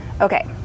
Okay